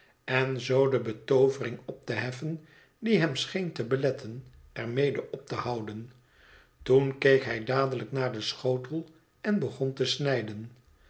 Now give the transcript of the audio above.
en zoo de betoovering op te heffen die hem scheen te beletten er mede op te houden toen keek hij dadelijk naar den schotel en begon te snijden